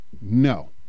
no